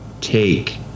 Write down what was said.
take